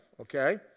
okay